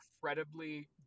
incredibly